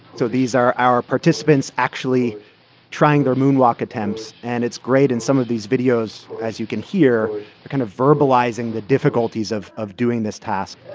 so these are our participants actually trying their moonwalk attempts. and it's great. in some of these videos, as you can hear, they're kind of verbalizing the difficulties of of doing this task